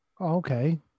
okay